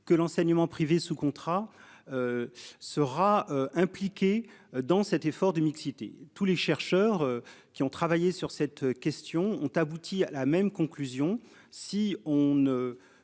que l'enseignement privé sous contrat. Sera impliqué dans cet effort de mixité tous les chercheurs qui ont travaillé sur cette question ont abouti à la même conclusion, si on ne